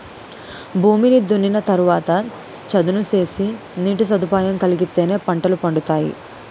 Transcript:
భూమిని దున్నిన తరవాత చదును సేసి నీటి సదుపాయం కలిగిత్తేనే పంటలు పండతాయి